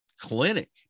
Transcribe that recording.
clinic